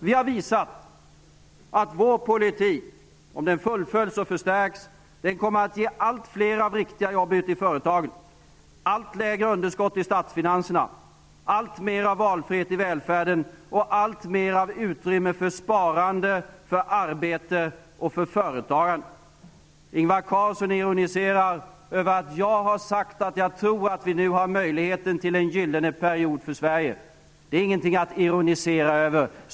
Vi har visat att vår politik, om den fullföljs och förstärks, kommer att ge allt fler riktiga jobb i företagen, allt lägre underskott i statsfinanserna, alltmer av valfrihet i välfärden och alltmer av utrymme för sparande, för arbete och för företagande. Ingvar Carlsson ironiserar över att jag har sagt att jag tror att vi nu har möjlighet att nå en gyllene period för Sverige. Det är ingenting att ironisera över.